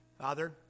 Father